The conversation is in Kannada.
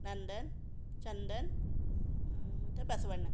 ನಂದನ್ ಚಂದನ್ ಮತ್ತು ಬಸವಣ್ಣ